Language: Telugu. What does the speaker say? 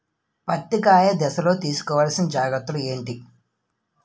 పత్తి కాయ దశ లొ తీసుకోవల్సిన జాగ్రత్తలు ఏంటి?